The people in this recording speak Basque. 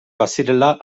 bazirela